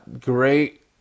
great